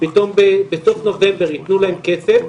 פתאום בסוף נובמבר יתנו להן כסף,